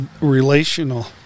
Relational